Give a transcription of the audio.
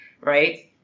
right